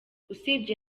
usibye